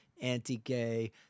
anti-gay